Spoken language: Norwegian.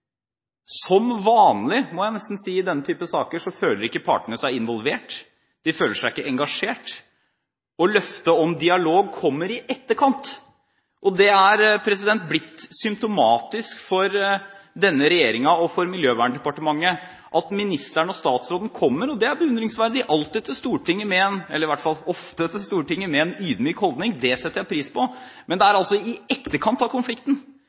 Som vanlig, må jeg nesten si, i denne type saker, føler ikke partene seg involvert, de føler seg ikke engasjert, og løftet om dialog kommer i etterkant. Det er blitt symptomatisk for denne regjeringen og for Miljøverndepartementet at ministeren og statsråden alltid – eller i hvert fall ofte – kommer til Stortinget med en ydmyk holdning. Det er beundringsverdig, og det setter jeg pris på, men det er altså i etterkant av konflikten.